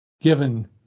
given